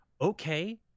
Okay